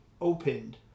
opened